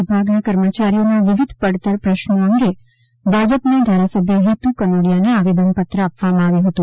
વિભાગના કર્મચારીઓના વિવિધ પડતર પ્રશ્નો અંગે ભાજપના ધારાસભ્ય હિતુ કનોડિયાને આવેદન પત્ર આપવામાં આવ્યું હતું